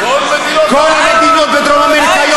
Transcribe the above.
כל מדינות העולם?